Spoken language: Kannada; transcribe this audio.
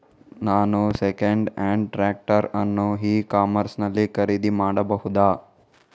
ನಾನು ಸೆಕೆಂಡ್ ಹ್ಯಾಂಡ್ ಟ್ರ್ಯಾಕ್ಟರ್ ಅನ್ನು ಇ ಕಾಮರ್ಸ್ ನಲ್ಲಿ ಖರೀದಿ ಮಾಡಬಹುದಾ?